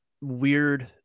Weird